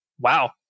Wow